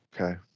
Okay